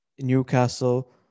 Newcastle